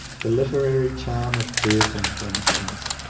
the literary charm of burton, for instance,